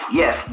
yes